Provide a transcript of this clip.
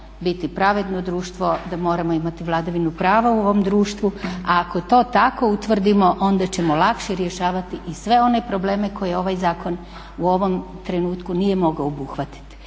biti pravedno društvo, da moramo imati vladavinu prava u ovom društvo, ako to tako utvrdimo onda ćemo onda ćemo lakše rješavati i sve one problem koje ovaj zakon u ovom trenutku nije mogao obuhvatiti.